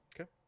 Okay